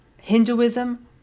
Hinduism